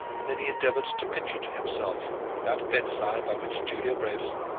and then he endeavoured to picture to himself that bedside by which julia brabazon,